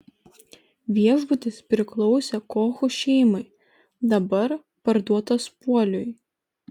viešbutis priklausė kochų šeimai dabar parduotas puoliui